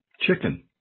chicken